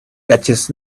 catches